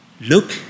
Look